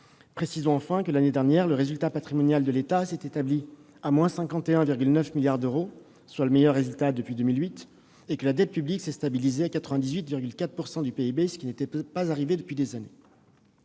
Constatons enfin que, l'année dernière, le résultat patrimonial de l'État a été négatif de 51,9 milliards d'euros, soit le meilleur résultat depuis 2008, et la dette publique s'est stabilisée à 98,4 % du PIB, ce qui n'était pas arrivé depuis des années.